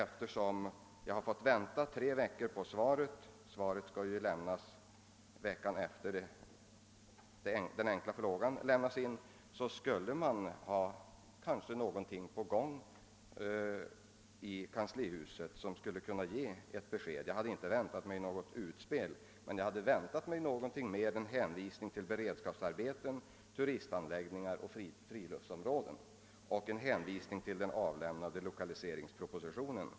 Eftersom jag har fått vänta tre vec kor på svaret — detta skall ju ges veckan efter det att den enkla frågan har lämnats in — föreställde jag mig att man skulle ha någonting på gång i kanslihuset och kunna ge ett besked. Jag hade väl inte väntat mig något utspel, men jag hade hoppats på mer än några ord om beredskapsarbeten, turistanläggningar och friluftsområden samt en hänvisning till den avlämnade lokaliseringspropositionen.